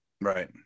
Right